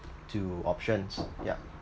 to options yeah